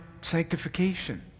sanctification